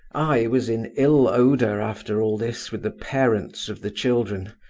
i was in ill odour after all this with the parents of the children,